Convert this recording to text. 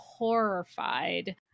horrified